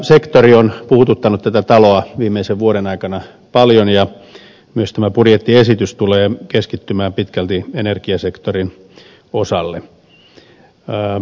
energiasektori on puhuttanut tätä taloa viimeisen vuoden aikana paljon ja myös tämä budjettiesitys tulee keskittymään pitkälti energiasektorin osalle